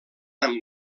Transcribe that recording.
amb